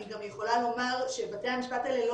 אני גם יכולה לומר שבתי המשפט האלה לא